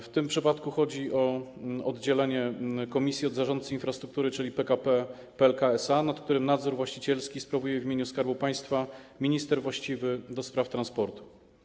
W tym przypadku chodzi o oddzielenie komisji od zarządcy infrastruktury, czyli PKP PLK SA, nad którym nadzór właścicielski sprawuje w imieniu Skarbu Państwa minister właściwy do spraw transportu.